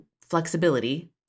flexibility